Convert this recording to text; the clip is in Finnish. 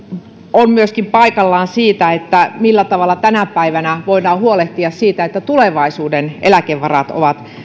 on paikallaan toki myöskin siitä millä tavalla tänä päivänä voidaan huolehtia siitä että tulevaisuuden eläkevarat ovat